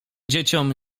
dzieciom